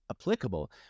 applicable